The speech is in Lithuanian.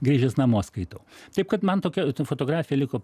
grįžęs namo skaitau taip kad man tokia fotografija liko